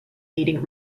needing